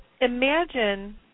imagine